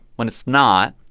when it's not.